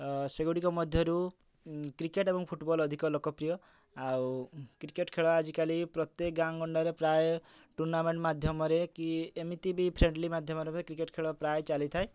ସେଗୁଡ଼ିକ ମଧ୍ୟରୁ କ୍ରିକେଟ୍ ଏବଂ ଫୁଟବଲ୍ ଅଧିକ ଲୋକପ୍ରିୟ ଆଉ କ୍ରିକେଟ୍ ଖେଳ ଆଜିକାଲି ପ୍ରତ୍ୟେକ ଗାଁ ଗଣ୍ଡାରେ ପ୍ରାୟ ଟୁର୍ଣ୍ଣାମେଣ୍ଟ୍ ମାଧ୍ୟମରେ କି ଏମିତିବି ଫ୍ରେଣ୍ଡଲି୍ ମାଧ୍ୟମରେ କ୍ରିକେଟ୍ ଖେଳ ପ୍ରାୟ ଚାଲିଥାଏ